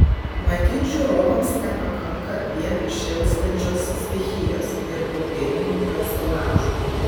matyt žiūrovams nepakanka vien šėlstančios stichijos ir popierinių personažų